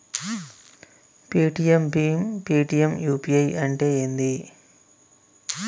Paytm భీమ్ Paytm UPI అంటే ఏంది?